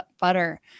Butter